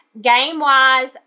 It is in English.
Game-wise